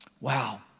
Wow